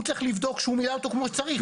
צריך לבדוק שהוא מילא את זה כמו שצריך.